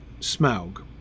Smaug